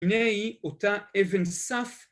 ‫הנה היא אותה אבן סף.